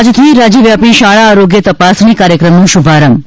આજથી રાજ્યવ્યાપી શાળા આરોગ્ય તપાસણી કાર્યક્રમનો શુભારંભ